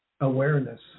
awareness